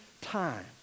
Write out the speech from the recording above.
time